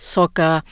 Soccer